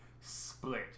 split